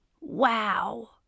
Wow